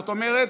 זאת אומרת,